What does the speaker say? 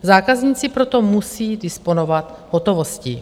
Zákazníci proto musí disponovat hotovostí.